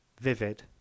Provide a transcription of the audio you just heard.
vivid